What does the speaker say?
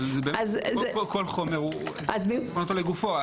כל חומר לגופו.